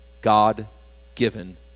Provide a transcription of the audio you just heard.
God-given